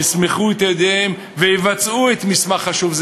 יסמכו את ידיהם" ויבצעו את המסמך החשוב הזה.